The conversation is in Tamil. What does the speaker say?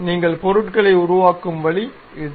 நீங்கள் பொருட்களை உருவாக்கும் வழி இது